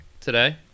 today